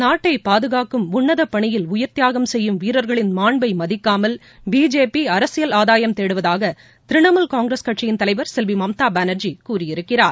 நாட்டை பாதுகாக்கும் உன்னத பணியில் உயிர் தியாகம் செய்யும் வீரர்களின் மாண்பை மதிக்காமல் பிஜேபி அரசியல் ஆதாயம் தேடுவதாக திரிணாமுல் னங்கிரஸ் கட்சியின் தலைவர் செல்வி மம்தா பானர்ஜி கூறியிருக்கிறார்